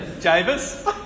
Javis